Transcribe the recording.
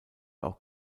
auch